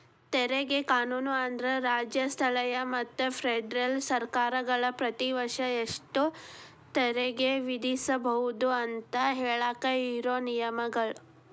ತೆರಿಗೆ ಕಾನೂನು ಅಂದ್ರ ರಾಜ್ಯ ಸ್ಥಳೇಯ ಮತ್ತ ಫೆಡರಲ್ ಸರ್ಕಾರಗಳ ಪ್ರತಿ ವರ್ಷ ಎಷ್ಟ ತೆರಿಗೆ ವಿಧಿಸಬೋದು ಅಂತ ಹೇಳಾಕ ಇರೋ ನಿಯಮಗಳ